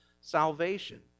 salvation